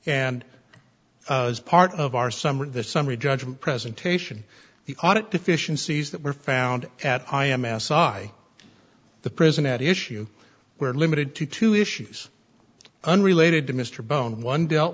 and was part of our summer the summary judgment presentation the audit deficiencies that were found at i m s i the prison at issue we're limited to two issues unrelated to mr bone one dealt